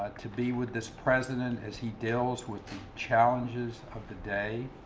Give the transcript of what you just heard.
ah to be with this president as he deals with the challenges of the day